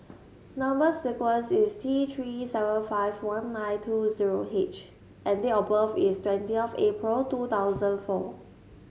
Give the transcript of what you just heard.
number sequence is T Three seven five one nine two zero H and date of birth is twenty of April two thousand four